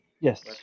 Yes